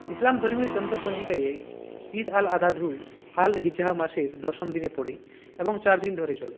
ইসলামধর্মীয় চন্দ্র পঞ্জিকায়ে ঈদ আল আধা ধু আল হিজ্জাহ মাসের দশম দিনে পড়ে এবং চার দিন ধরে চলে